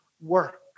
work